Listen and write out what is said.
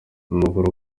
amakuru